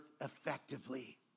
effectively